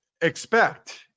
expect